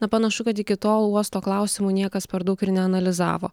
na panašu kad iki tol uosto klausimų niekas per daug ir neanalizavo